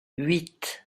huit